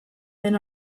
den